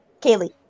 Kaylee